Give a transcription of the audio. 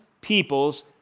peoples